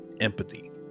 Empathy